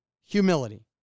humility